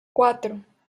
cuatro